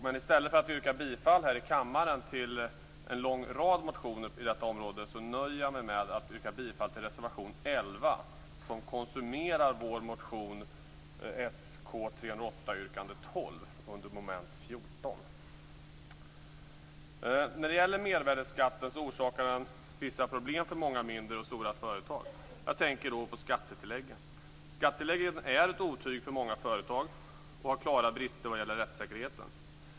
Men i stället för att här i kammaren yrka bifall till en lång rad av motioner på detta område nöjer jag mig med att yrka bifall till reservation 11 som tillgodoser vår motion Sk308 yrkande 12 under mom. 14. Mervärdesskatten orsakar vissa problem för många mindre och stora företag. Jag tänker på skattetilläggen. Skattetilläggen är ett otyg för många företag, och de har klara brister när det gäller rättssäkerheten.